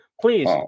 please